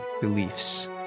beliefs